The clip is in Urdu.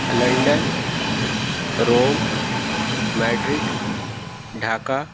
London Rome Madrid Dhaka